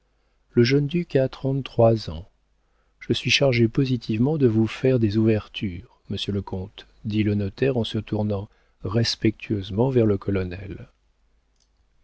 le jeune duc a trente-trois ans je suis chargé positivement de vous faire des ouvertures monsieur le comte dit le notaire en se tournant respectueusement vers le colonel